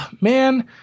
man